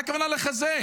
מה הכוונה לחזק?